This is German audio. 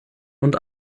und